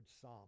Psalm